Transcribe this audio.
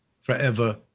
forever